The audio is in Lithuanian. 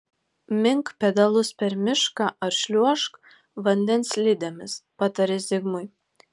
mink pedalus per mišką ar šliuožk vandens slidėmis patarė zigmui